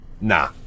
Nah